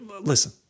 Listen